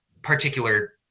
particular